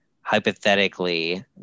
hypothetically